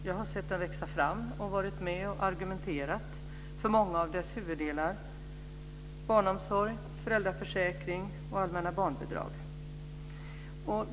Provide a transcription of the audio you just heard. Jag har sett den växa fram och varit med och argumenterat för många av dess huvuddelar - barnomsorg, föräldraförsäkring och allmänna barnbidrag.